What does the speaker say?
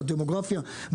בדמוגרפיה,